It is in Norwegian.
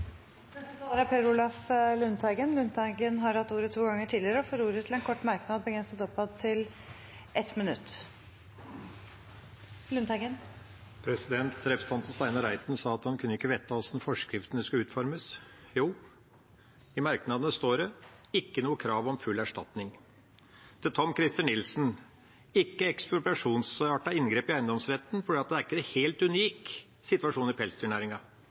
Representanten Per Olaf Lundteigen har hatt ordet to ganger tidligere og får ordet til en kort merknad, begrenset til 1 minutt. Representanten Steinar Reiten sa at han kunne ikke vite hvordan forskriften skulle utformes. Jo, i merknadene står det ikke noe krav om full erstatning. Til Tom-Christer Nilsen – ikke et ekspropriasjonsartet inngrep i eiendomsretten, for det er ikke en helt unik situasjon i